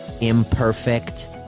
imperfect